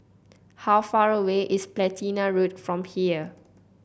how far away is Platina Road from here